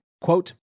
quote